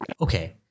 Okay